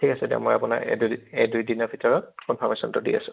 ঠিক আছে দিয়ক মই আপোনাক এই দুদিনৰ ভিতৰত কনফাৰ্মেশ্যনটো দি আছো